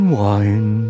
wine